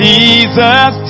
Jesus